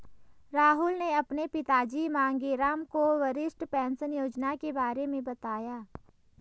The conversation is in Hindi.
राहुल ने अपने पिताजी मांगेराम को वरिष्ठ पेंशन योजना के बारे में बताया